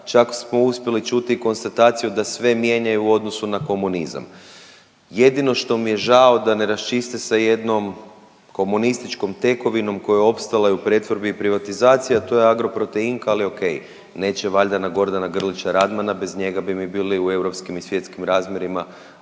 čak smo uspjeli čuti i konstataciju da sve mijenjaju u odnosu na komunizam. Jedino što mi je žao da ne raščiste sa jednom komunističkom tekovinom koja je opstala i u pretvorbi i privatizaciji, a to je Agroproteinka ali ok, neće valjda na Gordana Grlića Radmana bez njega bi mi bili u europskim i svjetskim razmjerima